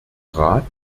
rat